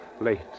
late